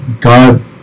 God